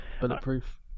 Bulletproof